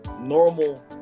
normal